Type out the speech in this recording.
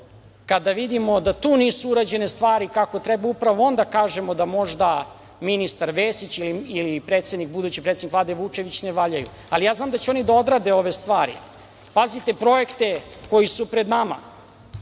kada vidimo da tu nisu urađene stvari kako treba, upravo onda kažemo da možda ministar Vesić ili budući predsednik Vlade Vučević ne valjaju, ali ja znam da će oni da odrade ove stvari. Pazite, projekte koji su pred nama,